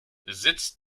sitz